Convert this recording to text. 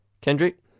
Kendrick